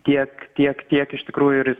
tiek tiek kiek iš tikrųjų ir